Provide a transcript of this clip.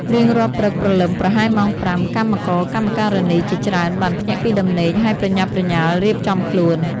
រៀងរាល់ព្រឹកព្រលឹមប្រហែលម៉ោង ៥ កម្មករកម្មការិនីជាច្រើនបានភ្ញាក់ពីដំណេក ហើយប្រញាប់ប្រញាល់រៀបចំខ្លួន។